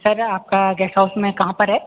sir आपका guest house में कहाँ पर है